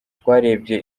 twarebye